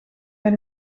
met